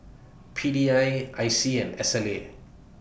P D I I C and Sla